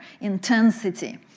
intensity